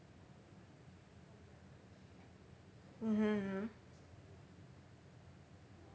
mmhmm